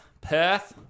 Perth